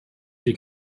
she